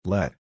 Let